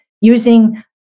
using